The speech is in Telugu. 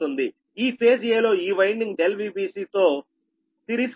ఈ ఫేజ్ 'a'లో ఈ వైండింగ్ ∆Vbc తో సిరీస్ లో ఉంటుంది